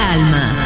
Alma